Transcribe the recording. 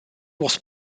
was